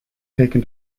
taken